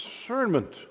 discernment